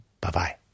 Bye-bye